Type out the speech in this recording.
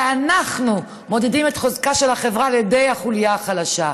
אנחנו מודדים את חוזקה של החברה על ידי החוליה החלשה.